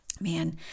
Man